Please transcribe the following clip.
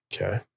Okay